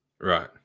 Right